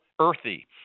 earthy